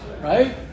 right